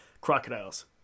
crocodiles